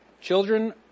Children